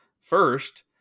First